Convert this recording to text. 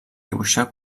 dibuixar